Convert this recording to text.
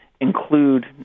include